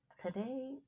Today